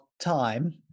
time